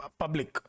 public